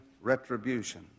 retribution